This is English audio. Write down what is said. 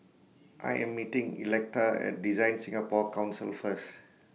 I Am meeting Electa At DesignSingapore Council First